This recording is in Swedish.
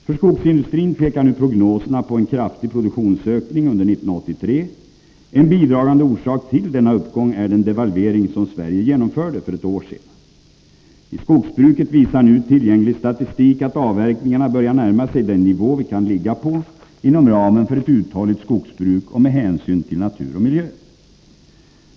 För skogsindustrin pekar nu prognoserna på en kraftig produktionsökning under 1983. En bidragande orsak till denna uppgång är den devalvering som Sverige genomförde för ett år sedan. I skogsbruket visar nu tillgänglig statistik att avverkningarna börjar närma sig den nivå de kan ligga på inom ramen för ett uthålligt skogsbruk och med hänsyn till natur och miljö.